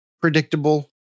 predictable